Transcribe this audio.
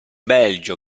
belgio